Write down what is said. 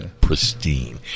Pristine